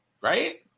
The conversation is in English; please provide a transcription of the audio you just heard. Right